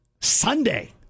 Sunday